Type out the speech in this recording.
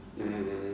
um